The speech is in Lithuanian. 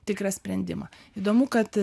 tikrą sprendimą įdomu kad